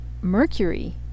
Mercury